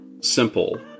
simple